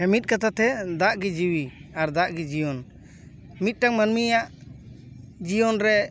ᱢᱤᱫ ᱠᱟᱛᱷᱟ ᱛᱮ ᱫᱟᱜ ᱜᱮ ᱡᱤᱣᱤ ᱟᱨ ᱫᱟᱜ ᱜᱮ ᱡᱤᱭᱚᱱ ᱢᱤᱫᱴᱟᱝ ᱢᱟᱹᱱᱢᱤᱭᱟᱜ ᱡᱤᱭᱚᱱ ᱨᱮ